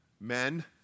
men